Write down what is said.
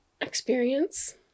experience